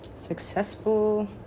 Successful